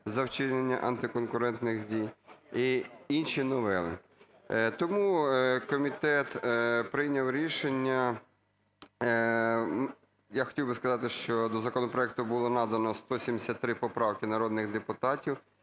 за вчинення антиконкуретних дій і інші новели. Тому комітет прийняв рішення… Я хотів би сказати, що до законопроекту було надано 173 поправки народних депутатів.